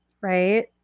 right